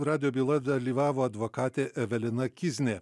radijo byloj dalyvavo advokatė evelina kiznė